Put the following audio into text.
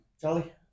Charlie